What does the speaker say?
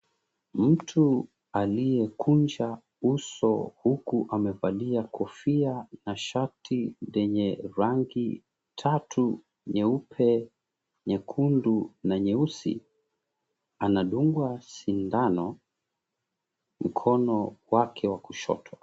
Mtu aliyekunja uso, huku amevalia kofia na shati lenye rangi tatu: nyeupe, nyekundu, na nyeusi, anadungwa sindano wake wa kushoto.